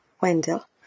wendell